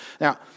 Now